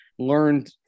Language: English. Learned